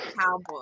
cowboy